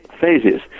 phases